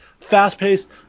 fast-paced